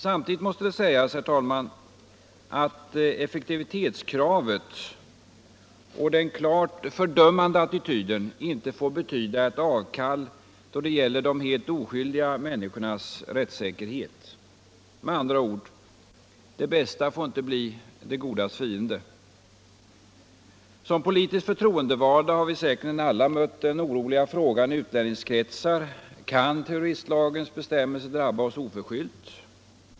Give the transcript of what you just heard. Samtidigt måste det sägas, herr talman, att effektivitetskravet och den klart fördömande attityden inte får betyda ett avkall då det gäller de helt oskyldiga människornas rättssäkerhet. Med andra ord — det bästa får inte bli det godas fiende! Som politiskt förtroendevalda har vi säkerligen alla mött den oroliga frågan i utlänningskretsar: Kan terroristlagens bestämmelser drabba oss oförskyllt?